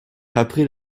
après